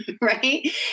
right